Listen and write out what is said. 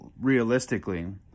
realistically